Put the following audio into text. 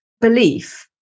belief